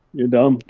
you're dumb.